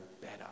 better